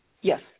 Yes